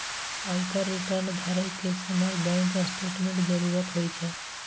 आयकर रिटर्न भरै के समय बैंक स्टेटमेंटक जरूरत होइ छै